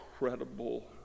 incredible